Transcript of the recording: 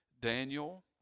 Daniel